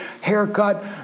haircut